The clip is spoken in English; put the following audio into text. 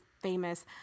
famous